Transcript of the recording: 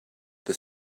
the